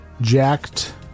Jacked